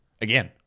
Again